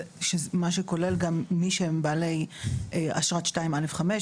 מה שכולל גם מי שהם בעלי אשרת 2(א)(5)